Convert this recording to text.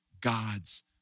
God's